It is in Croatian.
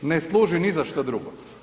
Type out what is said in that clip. Ne služi ni za šta drugo.